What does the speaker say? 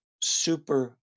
super